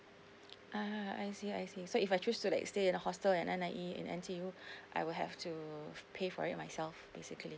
ah I see I see so if I choose to like stay in a hostel and N_I_E and N_T_U I will have to pay for it myself basically